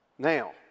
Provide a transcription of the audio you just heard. Now